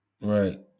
right